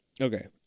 Okay